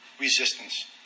resistance